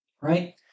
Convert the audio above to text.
right